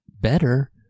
better